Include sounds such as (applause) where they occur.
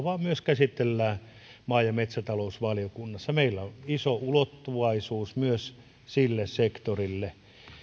(unintelligible) vaan käsitellään myös maa ja metsätalousvaliokunnassa meillä on iso ulottuvaisuus myös sille sektorille